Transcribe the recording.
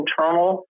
internal